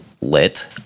lit